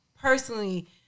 personally